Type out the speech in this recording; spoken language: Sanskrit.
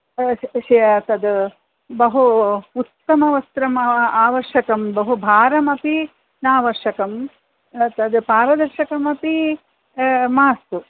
श् तद् बहु उत्तमवस्त्रमावश्यकं बहु भारमपि नावश्यकम् तद् पारदर्शकमपि मास्तु